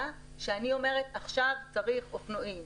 שאני אומרת עכשיו צריך אופנועים,